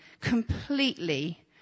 completely